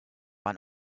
one